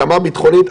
התאמה ביטחונית,